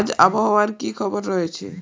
আজ আবহাওয়ার কি খবর রয়েছে?